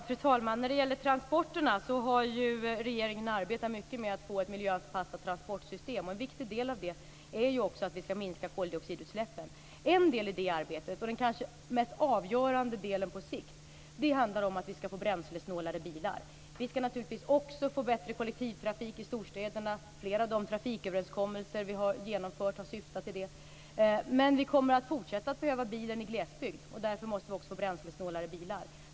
Fru talman! När det gäller transporterna, har ju regeringen arbetat mycket med att få ett miljöanpassat transportsystem. En viktig del av det är också att vi skall minska koldioxidutsläppen. En del i det arbetet, den kanske mest avgörande delen på sikt, handlar om att vi skall få bränslesnålare bilar. Vi skall naturligtvis också få bättre kollektivtrafik i storstäderna. Flera av de trafiköverenskommelser vi har genomfört har syftat till det. Men vi kommer att fortsätta att behöva bilen i glesbygd. Därför måste vi också få bränslesnålare bilar.